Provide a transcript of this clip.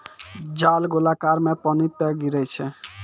जाल गोलाकार मे पानी पे गिरै छै